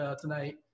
tonight